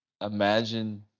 imagine